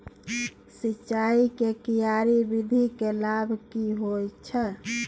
सिंचाई के क्यारी विधी के लाभ की होय छै?